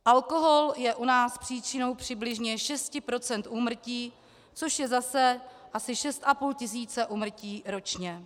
Alkohol je u nás příčinou přibližně šesti procent úmrtí, což je zase asi šest a půl tisíce úmrtí ročně.